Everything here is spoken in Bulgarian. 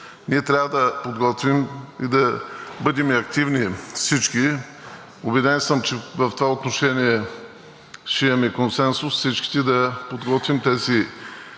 Трябва да подготвим и да бъдем активни всички. Убеден съм, че в това отношение ще имаме консенсус всички да подготвим тези